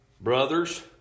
Brothers